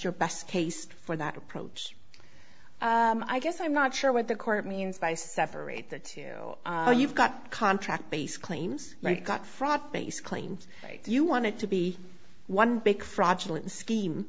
your best case for that approach i guess i'm not sure what the court means by separate the two you've got contract based claims right got fraught based claims you want it to be one big fraudulent scheme